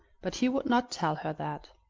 but he would not tell her that.